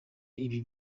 ibi